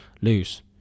lose